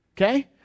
Okay